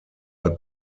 are